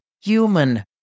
human